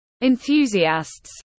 enthusiasts